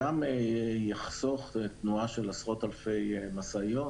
זה כמובן גם יחסוך תנועה של עשרות אלפי משאיות,